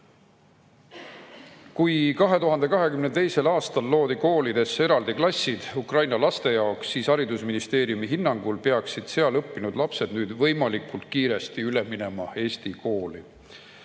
2022. aastal loodi koolidesse eraldi klassid ukraina laste jaoks, kuid haridusministeeriumi hinnangul peaksid seal õppinud lapsed nüüd võimalikult kiiresti üle minema eesti [klassi].